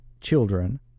children